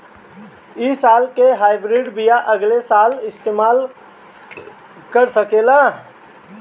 इ साल के हाइब्रिड बीया अगिला साल इस्तेमाल कर सकेला?